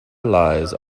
lies